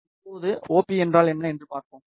இப்போது OP என்றால் என்ன என்று பார்ப்போம்